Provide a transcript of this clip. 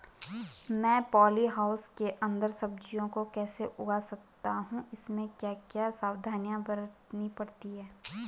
मैं polyhouse के अन्दर सब्जियों को कैसे उगा सकता हूँ इसमें क्या क्या सावधानियाँ बरतनी पड़ती है?